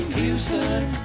Houston